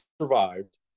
survived